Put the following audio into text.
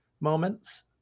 moments